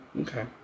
Okay